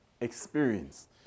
experience